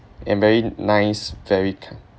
and very nice very calm